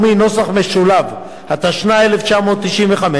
התשנ"ה 1995,